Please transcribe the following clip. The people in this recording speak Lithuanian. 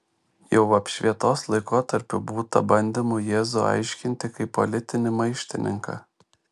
jau apšvietos laikotarpiu būta bandymų jėzų aiškinti kaip politinį maištininką